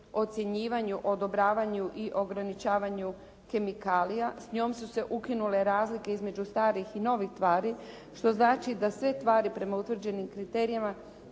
ocjenjivanju, odobravanju i ograničavanju kemikalija. S njom su se ukinule razlike između starih i novih tvari što znači da sve tvari prema utvrđenim kriterijima